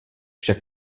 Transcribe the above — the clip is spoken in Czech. však